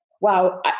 wow